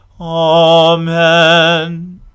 Amen